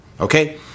Okay